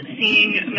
seeing